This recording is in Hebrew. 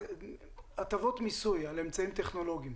הטבות מיסוי על אמצעים טכנולוגיים,